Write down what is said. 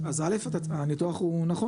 אז הניתוח הוא נכון